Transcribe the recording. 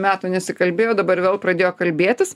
metų nesikalbėjo dabar vėl pradėjo kalbėtis